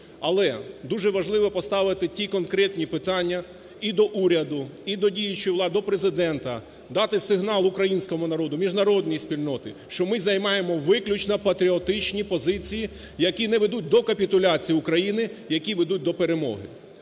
Але дуже важливо поставити ті конкретні питання і до уряду, і до діючої влади, до Президента, дати сигнал українському народу, міжнародній спільності, що ми займаємо виключно патріотичні позиції, які не ведуть до капітуляції України, які ведуть до перемоги.